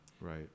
Right